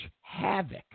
havoc